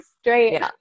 straight